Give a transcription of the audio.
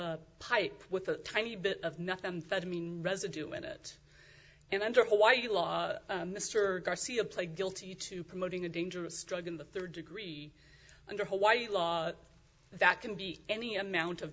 pipe with a tiny bit of nothing fed mean residue in it and under hawaii law mr garcia played guilty to promoting a dangerous drug in the third degree under hawaii law that can be any amount of